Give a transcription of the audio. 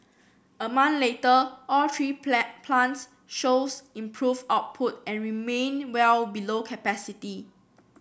a month later all three plant plants shows improve output and remained well below capacity